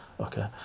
okay